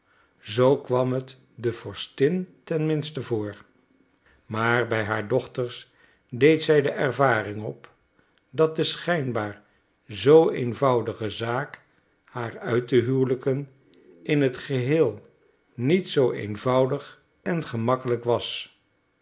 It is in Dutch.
zoo kwam het de vorstin ten minste voor maar bij haar dochters deed zij de ervaring op dat de schijnbaar zoo eenvoudige zaak haar uit te huwelijken in het geheel niet zoo eenvoudig en gemakkelijk was